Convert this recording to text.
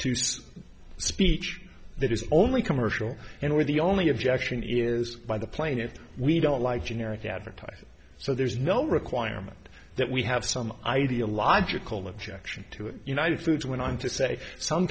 to speech that is only commercial and or the only objection is by the plaintiffs we don't like generic advertising so there's no requirement that we have some ideological objection to it united foods went on to say some